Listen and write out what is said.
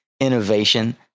innovation